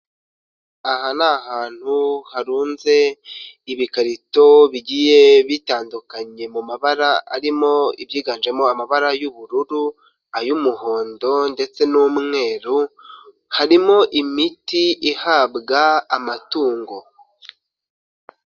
Aha ni ahantu harunze ibikarito bigiye bitandukanye, mu mabara arimo ayiganjemo amabara y'ubururu, ay'umuhondo ndetse n'umweru, harimo imiti ihabwa amatungo.